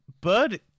bird